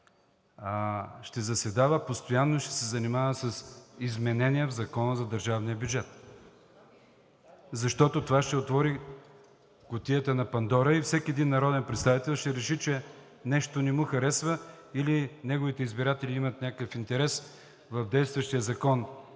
ще заседава постоянно и ще се занимава с изменения в Закона за държавния бюджет, защото това ще отвори кутията на Пандора и всеки един народен представител ще реши, че нещо не му харесва или неговите избиратели имат някакъв интерес в действащия Закон